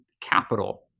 capital